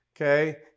Okay